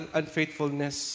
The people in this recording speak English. unfaithfulness